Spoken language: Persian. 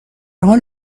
حال